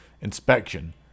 Inspection